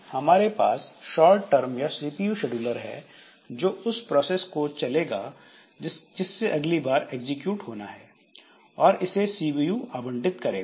हमारे पास short term या सीपीयू शेड्यूलर है जो उस प्रोसेस को चुनेगा जिसे अगली बार एग्जीक्यूट होना है और इसे सीपीयू आवंटित करेगा